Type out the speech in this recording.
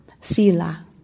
sila